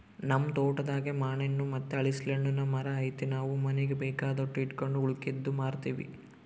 ನಮ್ ತೋಟದಾಗೇ ಮಾನೆಣ್ಣು ಮತ್ತೆ ಹಲಿಸ್ನೆಣ್ಣುನ್ ಮರ ಐತೆ ನಾವು ಮನೀಗ್ ಬೇಕಾದಷ್ಟು ಇಟಗಂಡು ಉಳಿಕೇದ್ದು ಮಾರ್ತೀವಿ